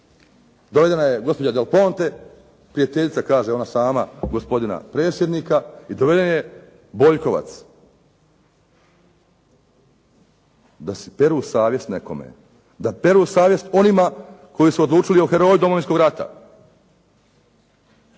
dovedena je gospođa Del Ponte, prijateljica kaže ona sama gospodina predsjednika i doveden je Boljkovac da peru savjest nekome, da peru savjest onima koji su odlučili o heroju Domovinskog rata.